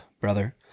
brother